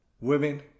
Women